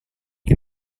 che